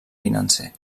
financer